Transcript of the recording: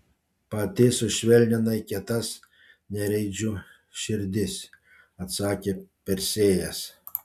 pati sušvelninai kietas nereidžių širdis atsakė persėjas